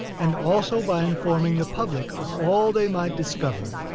and also by informing the public of all they might discover,